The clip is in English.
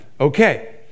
Okay